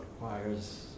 requires